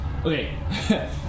Okay